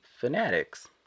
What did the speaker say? fanatics